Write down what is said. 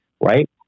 right